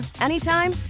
anytime